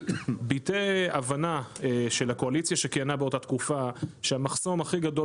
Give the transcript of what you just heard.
ביטא הבנה של הקואליציה שכיהנה באותה תקופה שהמחסום הכי גדול